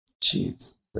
Jesus